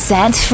Set